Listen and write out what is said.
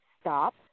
stop